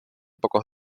pocos